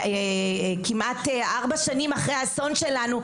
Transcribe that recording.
כמעט ארבע שנים אחרי האסון שלנו,